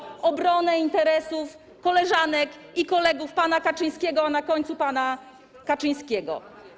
ale chodzi o obronę interesów koleżanek i kolegów pana Kaczyńskiego, a na końcu pana Kaczyńskiego.